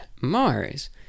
Mars